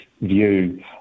view